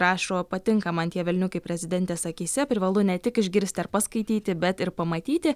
rašo patinka man tie velniukai prezidentės akyse privalu ne tik išgirsti ar paskaityti bet ir pamatyti